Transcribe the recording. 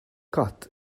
cut